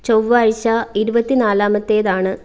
ചൊവ്വാഴ്ച ഇരുപത്തിനാലാമത്തേതാണ്